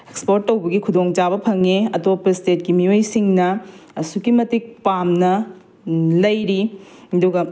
export ꯇꯧꯕꯒꯤ ꯈꯨꯗꯣꯡ ꯆꯥꯕ ꯐꯪꯉꯤ ꯑꯇꯣꯞꯄ ꯏꯁꯇꯦꯠꯀꯤ ꯃꯤꯑꯣꯏꯁꯤꯡꯅ ꯑꯁꯨꯛꯀꯤ ꯃꯇꯤꯛ ꯄꯥꯝꯅ ꯂꯩꯔꯤ ꯑꯗꯨꯒ